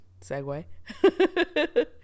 segue